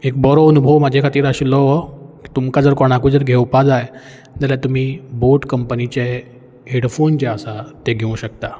एक बरो अनुभव म्हाजे खातीर आशिल्लो हो तुमकां जर कोणाकूय जर घेवपा जाय जाल्या तुमी बोट कंपनीचे हेडफोन जे आसात ते घेवंक शकतात